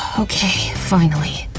okay, finally.